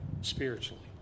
spiritually